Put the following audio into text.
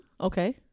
Okay